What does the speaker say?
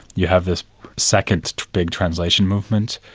you have this second big translation movement,